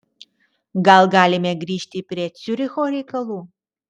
gal galime grįžti prie ciuricho reikalų